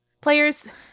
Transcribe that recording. Players